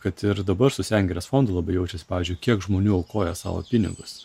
kad ir dabar su sengirės fondu labai jaučias pavyzdžiui kiek žmonių aukoja savo pinigus